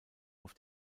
auf